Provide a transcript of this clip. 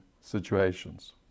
situations